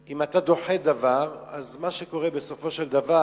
אם אתה דוחה דבר, אז מה שקורה בסופו של דבר,